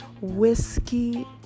whiskey